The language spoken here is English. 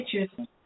pictures